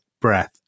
breath